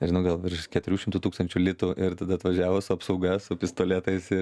nežinau gal virš keturių šimtų tūkstančių litų ir tada atvažiavo su apsauga su pistoletais ir